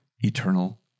eternal